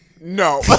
No